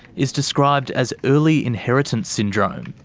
is described as early inheritance syndrome.